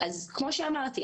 אז כמו שאמרתי,